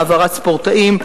העברת ספורטאים,